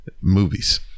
Movies